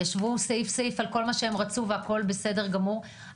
ישבו סעיף-סעיף על כל מה שהם רצו והכול בסדר גמור,